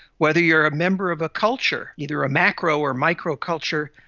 whether you're a member of a culture, either a macro or micro culture,